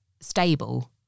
stable